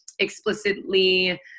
explicitly